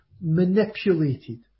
manipulated